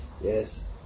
Yes